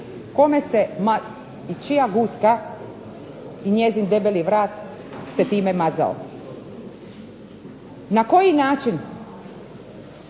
kome se i čija guska i njezin debeli vrat se time mazao. Na koji način